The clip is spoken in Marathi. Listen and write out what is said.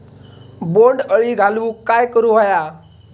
बोंड अळी घालवूक काय करू व्हया?